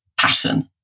pattern